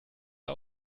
der